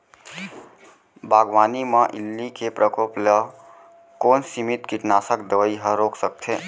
बागवानी म इल्ली के प्रकोप ल कोन सीमित कीटनाशक दवई ह रोक सकथे?